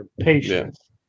Patience